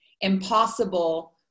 impossible